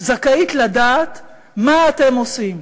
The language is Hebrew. זכאית לדעת מה אתם עושים,